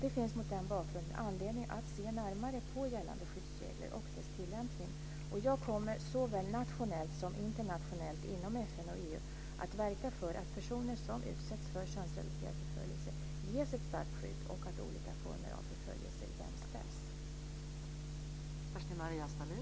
Det finns, mot den bakgrunden, anledning att se närmare på gällande skyddsregler och deras tillämpning. Jag kommer, såväl nationellt som internationellt inom FN och EU, att verka för att personer som utsätts för könsrelaterad förföljelse ges ett starkt skydd och att olika former av förföljelse jämställs.